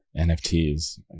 nfts